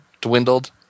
dwindled